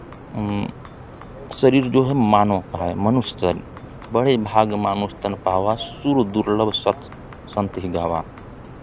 शरीर जो है मानव का है मनुष्य तन बड़े भाग मानुस तन पावा सुर दुर्लभ सत संत ही गावा